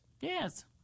yes